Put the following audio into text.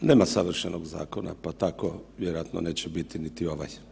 Nema savršenog zakona, pa tako neće vjerojatno neće biti niti ovaj.